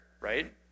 right